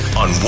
on